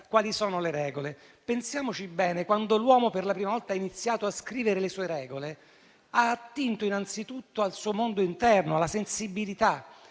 quali sono le regole. Pensiamoci bene: quando l'uomo per la prima volta ha iniziato a scrivere le sue regole ha attinto innanzitutto al suo mondo interno, alla sensibilità.